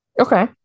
Okay